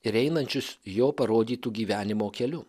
ir einančius jo parodytų gyvenimo keliu